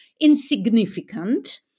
insignificant